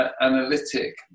analytic